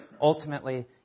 Ultimately